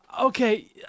okay